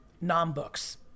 non-books